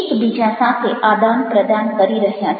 એકબીજા સાથે આદાન પ્રદાન કરી રહ્યા છે